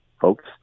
folks